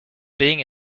being